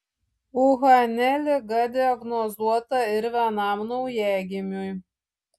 uhane liga diagnozuota ir vienam naujagimiui